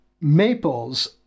maples